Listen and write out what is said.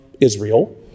Israel